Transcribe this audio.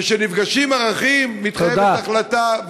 וכשנפגשים ערכים מתחייבת החלטה,